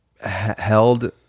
held